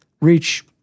reach